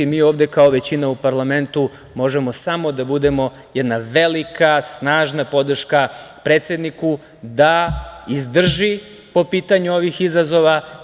Mi ovde kao većina u parlamentu možemo samo da budemo jedna velika snažna podrška predsedniku da izdrži po pitanju ovih izazova.